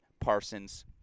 Parsons